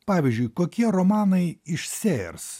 pavyzdžiui kokie romanai iš sėjers